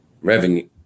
revenue